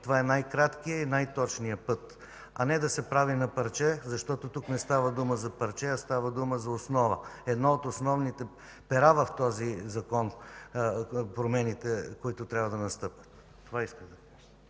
Това е най-краткият и най-точният път, а не да се прави на парче, защото тук не става дума за парче, а става дума за основа. Едно от основните пера в този закон са промените, които трябва да настъпят. Това исках да кажа.